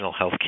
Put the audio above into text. healthcare